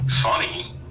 funny